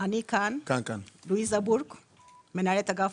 אני מנהלת אגף